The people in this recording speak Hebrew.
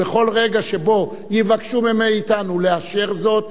ובכל רגע שבו יבקשו מאתנו לאשר זאת,